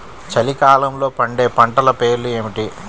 చలికాలంలో పండే పంటల పేర్లు ఏమిటీ?